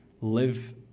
live